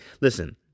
listen